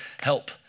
help